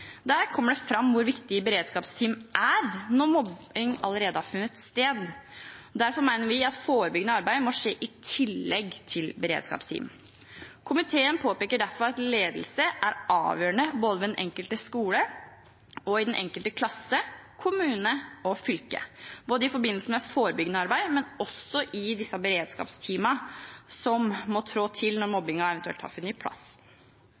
Der kommer det fram hvor viktig beredskapsteam er når mobbing allerede har funnet sted. Derfor mener vi at forebyggende arbeid må skje i tillegg til beredskapsteam. Komiteen påpeker derfor at ledelse er avgjørende både ved den enkelte skole og i den enkelte klasse, kommune og fylke, både i forbindelse med forebyggende arbeid og også i disse beredskapsteamene, som må trå til når